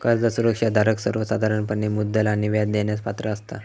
कर्ज सुरक्षा धारक सर्वोसाधारणपणे मुद्दल आणि व्याज देण्यास पात्र असता